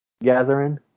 gathering